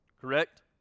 correct